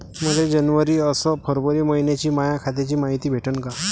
मले जनवरी अस फरवरी मइन्याची माया खात्याची मायती भेटन का?